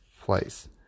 place